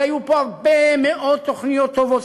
והיו פה הרבה מאוד תוכניות טובות,